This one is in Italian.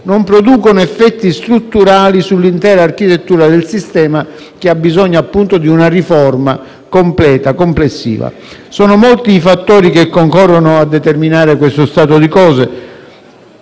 non producono effetti strutturali sull'intera architettura del sistema, che ha bisogno, appunto, di una riforma complessiva. Sono molti i fattori che concorrono a determinare questo stato di cose.